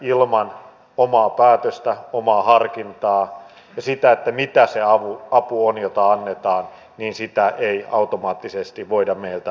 ilman omaa päätöstä omaa harkintaa siitä mitä se apu on jota annetaan sitä ei automaattisesti voida meiltä odottaa